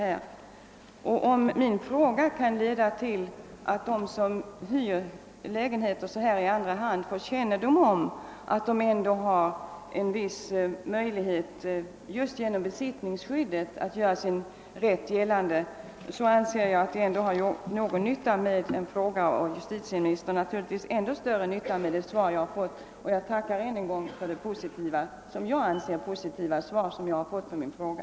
Kan min fråga leda till att de som hyr lägenheter i andra hand får kännedom om att de ändå har en viss möjlighet att göra sin rätt gällande just genom besittningsskyddet, anser jag att min fråga ändå varit till någon nytta — och naturligtvis ännu mer det svar jag fått. Jag tackar än en gång för det enligt min mening positiva svaret på min fråga.